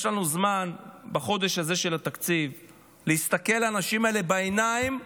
יש לנו זמן בחודש הזה של התקציב להסתכל לאנשים האלה בעיניים.